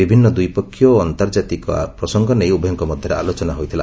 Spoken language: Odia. ବିଭିନ୍ନ ଦ୍ୱିପକ୍ଷୀୟ ଓ ଆନ୍ତର୍ଜାତିକ ପ୍ରସଙ୍ଗ ନେଇ ଉଭୟଙ୍କ ମଧ୍ୟରେ ଆଲୋଚନା ହୋଇଥିଲା